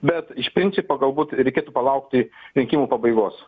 bet iš principo galbūt reikėtų palaukti rinkimų pabaigos